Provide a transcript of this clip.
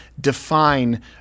define